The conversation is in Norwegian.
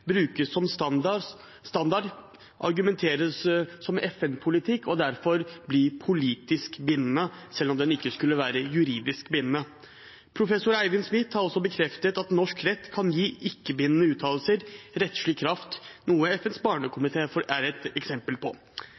brukes som standard, argumenteres med som FN-politikk og derfor bli politisk bindende, selv om den ikke skulle være juridisk bindende. Professor Eivind Smith har også bekreftet at norsk rett kan gi ikke-bindende uttalelser rettslig kraft, noe FNs barnekomité er et eksempel på.